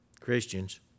Christians